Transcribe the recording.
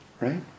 Right